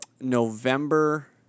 November